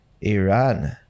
iran